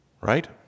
Right